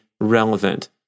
relevant